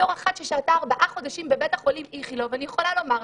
כאחת ששהתה ארבעה חודשים בבית החולים איכילוב אני יכולה לומר לכם,